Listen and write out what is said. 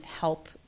help